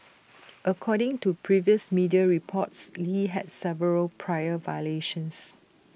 according to previous media reports lee had several prior violations